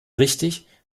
richtig